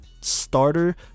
starter